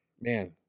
man